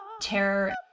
Terror